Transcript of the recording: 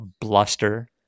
bluster